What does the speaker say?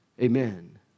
Amen